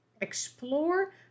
explore